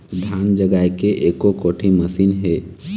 धान जगाए के एको कोठी मशीन हे?